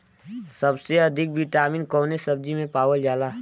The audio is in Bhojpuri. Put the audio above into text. सबसे अधिक विटामिन कवने सब्जी में पावल जाला?